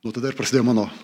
nuo tada ir prasidėjo mano